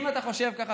אם אתה חושב ככה,